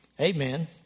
Amen